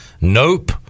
Nope